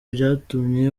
byatumye